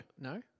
No